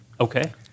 Okay